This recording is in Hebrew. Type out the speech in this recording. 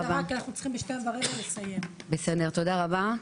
תודה רבה.